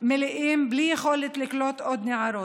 מלאים בלי יכולת לקלוט עוד נערות.